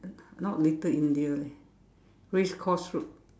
not little India leh race course road